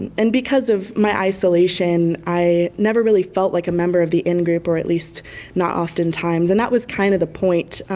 and because of my isolation i never really felt like a member of the in-group or at least not oftentimes and that was kind of the point.